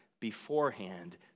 beforehand